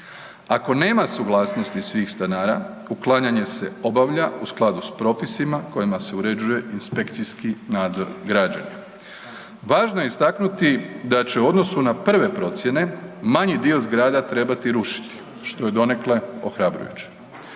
Ako nema suglasnosti svih stanara, uklanjanje se obavlja u skladu s propisima kojima se uređuje inspekcijski nadzor građenja. Važno je istaknuti da će u odnosu na prve procjene manji dio zgrada trebati rušiti, što je donekle ohrabrujuće.